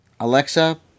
Alexa